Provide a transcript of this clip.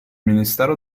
ministero